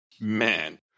Man